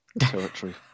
territory